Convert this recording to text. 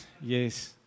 yes